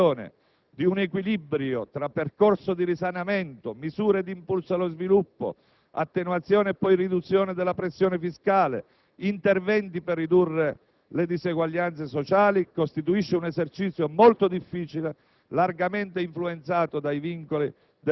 La verità è che l'individuazione di un equilibrio tra percorso di risanamento, misure di impulso allo sviluppo, attenuazione e poi riduzione della pressione fiscale, interventi per ridurre le